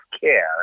care